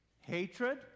hatred